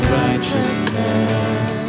righteousness